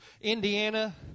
Indiana